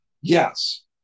Yes